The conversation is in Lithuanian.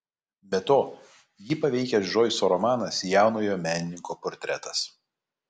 be to jį paveikęs džoiso romanas jaunojo menininko portretas